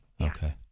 Okay